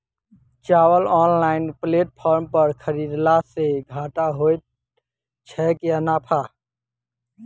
चावल online platform पर खरीदलासे घाटा होइ छै या नफा?